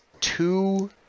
two